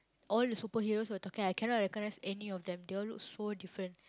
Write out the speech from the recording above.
all the superheroes were talking I cannot recognise any of them they all look so different